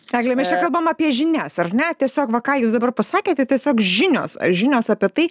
egle mes čia kalbam apie žinias ar ne tiesiog va ką jūs dabar pasakėte tiesiog žinios žinios apie tai